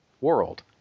world